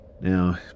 Now